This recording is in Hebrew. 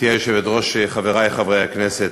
גברתי היושבת-ראש, חברי חברי הכנסת,